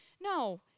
No